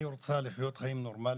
אני רוצה לחיות חיים נורמליים.